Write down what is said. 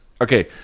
okay